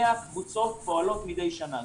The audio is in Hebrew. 100 קבוצות פועלות מדי שנה.